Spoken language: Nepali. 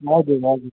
हजुर हजुर